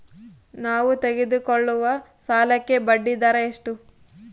ನಾವು ತೆಗೆದುಕೊಳ್ಳುವ ಸಾಲಕ್ಕೆ ಬಡ್ಡಿದರ ಎಷ್ಟು?